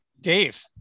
Dave